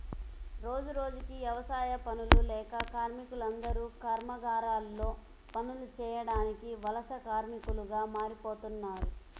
రోజురోజుకీ యవసాయ పనులు లేక కార్మికులందరూ కర్మాగారాల్లో పనులు చేయడానికి వలస కార్మికులుగా మారిపోతన్నారు